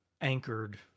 Anchored